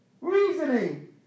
Reasoning